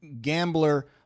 gambler